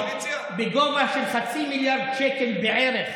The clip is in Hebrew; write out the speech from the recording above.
בגובה של חצי מיליארד שקל בערך,